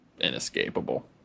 inescapable